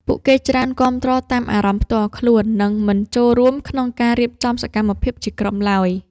ពួកគេច្រើនគាំទ្រតាមអារម្មណ៍ផ្ទាល់ខ្លួន និងមិនចូលរួមក្នុងការរៀបចំសកម្មភាពជាក្រុមឡើយ។